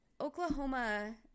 Oklahoma